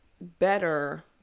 better